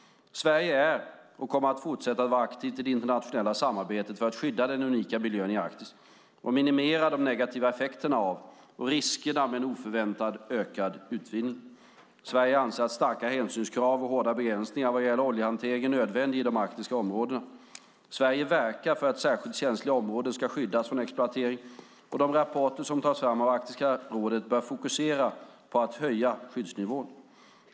Sverige är och kommer att fortsätta att vara aktivt i det internationella samarbetet för att skydda den unika miljön i Arktis och minimera de negativa effekterna av och riskerna med en oförväntad ökad utvinning. Sverige anser att starka hänsynskrav och hårda begränsningar vad gäller oljehantering är nödvändiga i de arktiska havsområdena. Sverige verkar för att särskilt känsliga områden ska skyddas från exploatering, och de rapporter som tas fram av Arktiska rådet bör fokusera på att höja skyddsnivån.